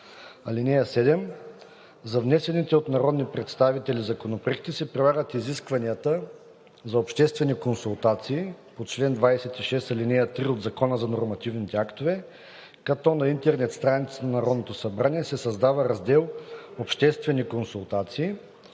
съвет. (7) За внесените от народни представители законопроекти се прилагат изискванията за обществени консултации по чл. 26, ал. 3 от Закона за нормативните актове, като на интернет страницата на Народното събрание се създава раздел „Обществени консултации“,